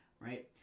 right